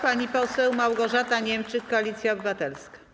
Pani poseł Małgorzata Niemczyk, Koalicja Obywatelska.